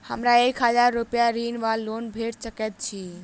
हमरा एक हजार रूपया ऋण वा लोन भेट सकैत अछि?